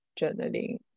journaling